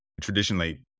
traditionally